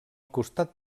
costat